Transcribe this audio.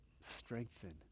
strengthen